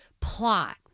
plot